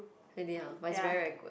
really ah but it's very very good uh